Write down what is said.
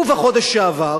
ובחודש שעבר